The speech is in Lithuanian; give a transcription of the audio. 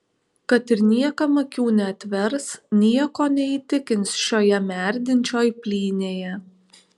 kad ir niekam akių neatvers nieko neįtikins šioje merdinčioj plynėje